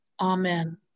Amen